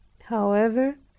however,